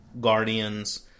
guardians